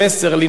לנאום.